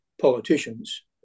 politicians